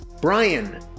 Brian